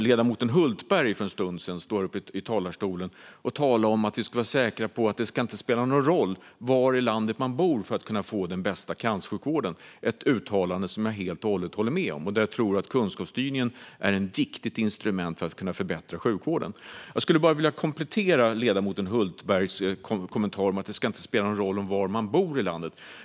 Ledamoten Hultberg stod för en stund sedan här i talarstolen och talade om att vi ska vara säkra på att det inte ska spela någon roll var i landet man bor för att kunna få den bästa cancersjukvården. Det är ett uttalande som jag helt och hållet håller med om. Där tror jag att kunskapsstyrningen är ett viktigt instrument för att kunna förbättra sjukvården. Jag skulle bara vilja komplettera ledamoten Hultbergs kommentar om att det inte ska spela någon roll var man bor i landet.